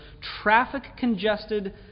traffic-congested